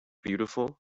beautiful